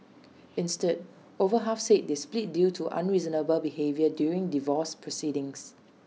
instead over half said they split due to unreasonable behaviour during divorce proceedings